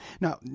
Now